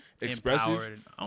expressive